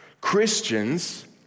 Christians